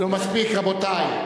נו מספיק, רבותי.